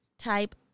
type